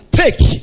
take